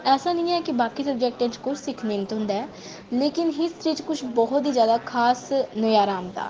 ऐसा नेईं ऐ कि बाकी सब्जैक्टें च किश सिक्खने ई निं थ्होंदा ऐ लेकिन हिस्ट्री च किश बहुत ही जैदा खास नजारा औंदा ओह् एह् ऐ कि